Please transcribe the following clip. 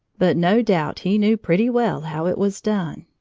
but no doubt he knew pretty well how it was done.